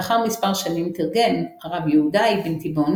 לאחר מספר שנים תרגם הרב יהודה אבן תיבון